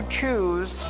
choose